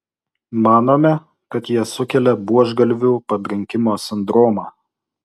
manome kad jie sukelia buožgalvių pabrinkimo sindromą